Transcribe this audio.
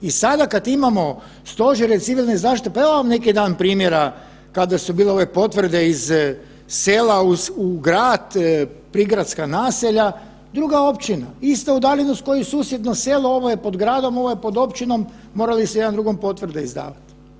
I sada kada imamo stožere civilne zaštite pa evo vam neki dan primjera kada su bile ove potvrde iz sela u grad, prigradska naselja, druga općina, ista udaljenost ko i susjedno selo, ovo je pod gradom, ovo je pod općinom morali su jedan drugom potvrde izdavat.